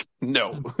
No